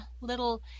little